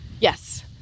Yes